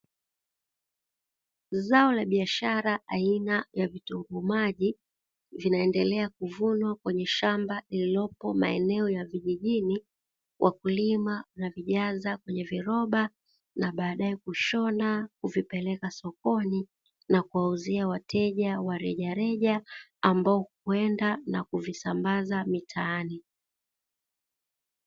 Zao la biashara aina ya vitunguu maji vinaendelea kuvunwa kwenye shamba lililopo maeneo ya vijijini. Wakulima wanavijaza kwenye viroba na baadaye kushona kuvipeleka sokoni na kuwauzia wateja wa rejareja ambao huenda na kuvisambaza mitaani.